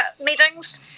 meetings